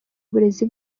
uburezi